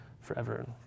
forever